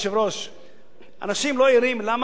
שאנשים לא ערים לשאלה למה התעוררה המחאה החברתית.